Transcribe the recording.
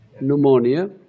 pneumonia